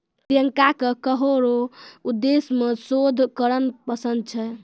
प्रियंका के करो रो उद्देश्य मे शोध करना पसंद छै